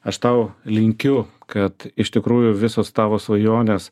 aš tau linkiu kad iš tikrųjų visos tavo svajonės